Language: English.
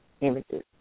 images